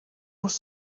was